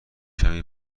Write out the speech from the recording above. کمی